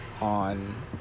on